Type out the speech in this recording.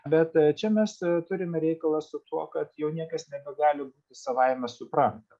bet čia mes turime reikalą su tuo kad jau niekas nebegali būti savaime suprantama